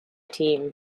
team